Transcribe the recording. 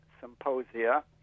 symposia